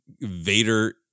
Vader